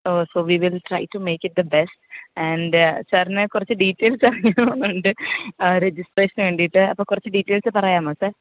oh so we will try to make it the best and സാറിനെ കുറിച്ച് details അയണമെന്നുണ്ട് ആ രജിസ്ട്രഷന് വേണ്ടിയിട്ട് അപ്പം കുറച്ച് ഡീറ്റയിൽസ്സ് പറയാമോ സാർ